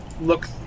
look